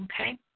Okay